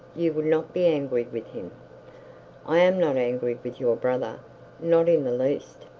you would not be angry with him i am not angry with your brother not in the least.